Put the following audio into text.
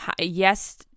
yes